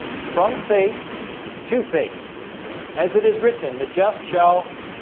from faith to faith as it is written the just shall